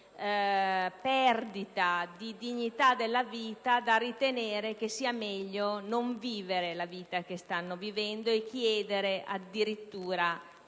tale perdita di dignità della vita da ritenere che sia meglio non vivere la vita che stanno vivendo e chiedere addirittura di